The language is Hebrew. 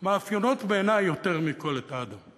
שמאפיינות בעיני יותר מכול את האדם.